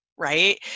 Right